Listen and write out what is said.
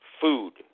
food